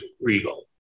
Regal